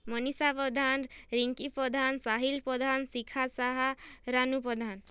Manisha Padhan Rinki Padhan Sahil Padhan Shikha Saha Ranu Pradhan